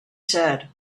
said